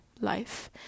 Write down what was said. life